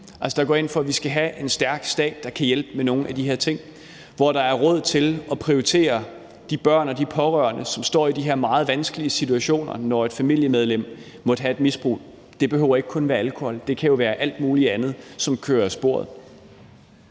og går ind for, at vi skal have en stærk stat, der kan hjælpe med nogle af de her ting, og hvor der er råd til at prioritere de børn og de pårørende, som står i de her meget vanskelige situationer, når et familiemedlem har et misbrug – og det behøver jo ikke kun dreje sig om alkohol; det kan være alt muligt andet, som kører af sporet.